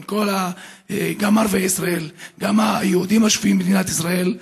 גם ערביי ישראל וגם היהודים שיושבים במדינת ישראל,